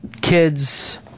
Kids